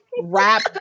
rap